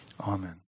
Amen